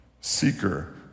seeker